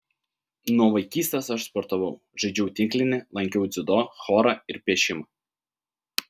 nuo vaikystės aš sportavau žaidžiau tinklinį lankiau dziudo chorą ir piešimą